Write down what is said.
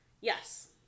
Yes